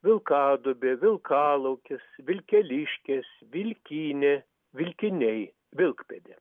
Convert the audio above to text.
vilkadubė vilkalaukis vilkeliškės vilkynė vilkiniai vilkpėdė